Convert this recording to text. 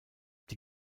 die